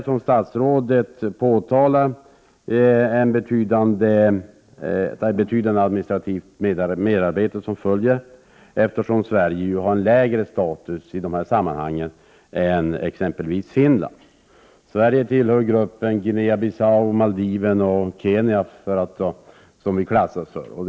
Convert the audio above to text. Som statsrådet påpekar innebär licenskravet ett betydande administrativt merarbete, eftersom Sverige ju har en lägre status i dessa sammanhang än t.ex. Finland. Sverige klassificeras som tillhörande samma grupp som Guinea-Bissau, Maldiverna och Kenya.